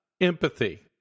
Empathy